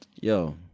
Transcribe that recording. Yo